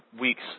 week's